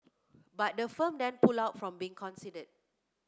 but the firm then pulled out from being consider